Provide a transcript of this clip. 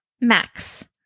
Max